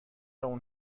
اون